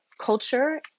culture